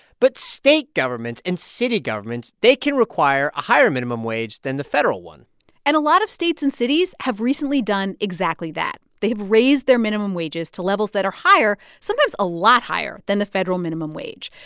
but state governments and city governments, they can require a higher minimum wage than the federal one and a lot of states and cities have recently done exactly that. they've raised their minimum wages to levels that are higher, sometimes a lot higher than the federal minimum wage.